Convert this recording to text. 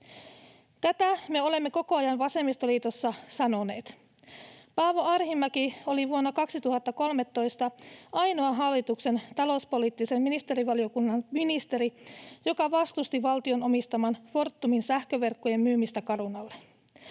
Tätä me olemme koko ajan vasemmistoliitossa sanoneet. Paavo Arhinmäki oli vuonna 2013 ainoa hallituksen talouspoliittisen ministerivaliokunnan ministeri, joka vastusti valtion omistaman Fortumin sähköverkkojen myymistä Carunalle,